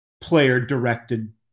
player-directed